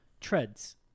treads